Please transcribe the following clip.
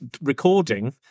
recording